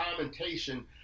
commentation